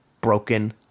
broken